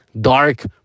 dark